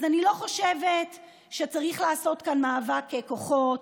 אז אני לא חושבת שצריך לעשות כאן מאבק כוחות